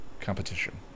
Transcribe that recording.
competition